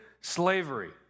slavery